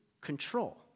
control